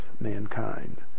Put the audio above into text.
mankind